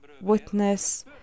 witness